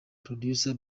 producer